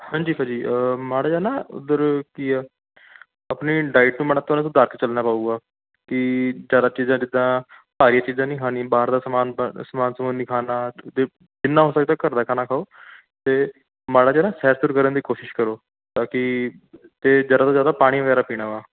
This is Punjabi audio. ਹਾਂਜੀ ਭਾਅ ਜੀ ਮਾੜਾ ਜਿਹਾ ਨਾ ਉੱਧਰ ਕੀ ਆ ਆਪਣੀ ਡਾਈਟ ਮਾੜਾ ਤੁਹਾਨੂੰ ਸੁਧਾਰ ਕੇ ਚੱਲਣਾ ਪਊਗਾ ਕੀ ਜ਼ਿਆਦਾ ਚੀਜ਼ਾਂ ਜਿੱਦਾਂ ਭਾਰੀ ਚੀਜ਼ਾਂ ਨਹੀਂ ਖਾਣੀ ਬਾਹਰ ਦਾ ਸਮਾਨ ਬ ਸਮਾਨ ਸਮੂਨ ਨਹੀਂ ਖਾਣਾ ਅਤੇ ਜਿੰਨਾ ਹੋ ਸਕਦਾ ਘਰ ਦਾ ਖਾਣਾ ਖਾਓ ਅਤੇ ਮਾੜਾ ਜਿਹਾ ਨਾ ਸੈਰ ਸੂਰ ਕਰਨ ਦੀ ਕੋਸ਼ਿਸ਼ ਕਰੋ ਤਾਂਕਿ ਅਤੇ ਜ਼ਿਆਦਾ ਤੋਂ ਜ਼ਿਆਦਾ ਪਾਣੀ ਵਗੈਰਾ ਪੀਣਾ ਵਾ